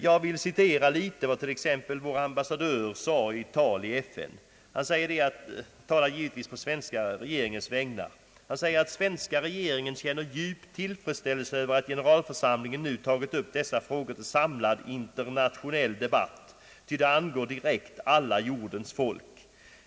Jag vill citera litet av vad vår ambassadör sade i ett tal i FN — han talade givetvis på den svenska regeringens vägnar: »Svenska regeringen känner djup tillfredsställelse över att generalförsamlingen nu tagit upp dessa frågor till samlad, internationell debatt, ty de angår direkt alla jordens folk.